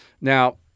Now